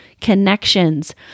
connections